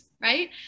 right